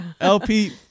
LP